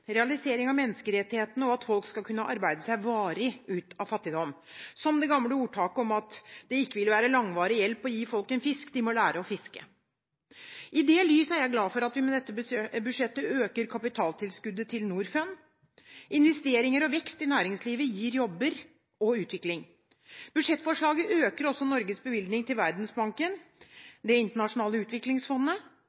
realisering av menneskerettighetene og at folk skal kunne arbeide seg varig ut av fattigdom, som i det gamle ordtaket om at det ikke vil være langvarig hjelp å gi folk en fisk, de må lære å fiske. I det lys er jeg glad for at vi med dette budsjettet øker kapitaltilskuddet til Norfund. Investeringer og vekst i næringslivet gir jobber og utvikling. I budsjettforslaget økes Norges bevilgning til Verdensbanken,